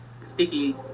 sticky